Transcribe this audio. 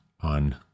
on